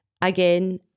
again